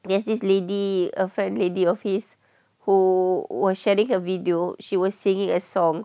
there's this lady a friend lady of his who was sharing a video she was singing a song